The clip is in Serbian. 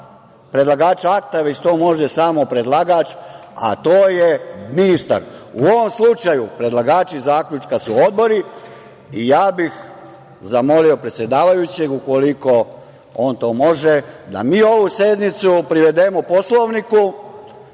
predlagača akta, već to može samo predlagač, a to je ministar.U ovom slučaju predlagači zaključka su odbori. Ja bih zamolio predsedavajućeg, ukoliko on to može, da mi ovu sednicu privedemo Poslovniku